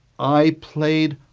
i? played,